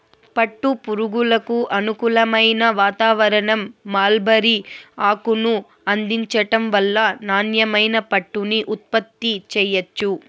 పట్టు పురుగులకు అనుకూలమైన వాతావారణం, మల్బరీ ఆకును అందించటం వల్ల నాణ్యమైన పట్టుని ఉత్పత్తి చెయ్యొచ్చు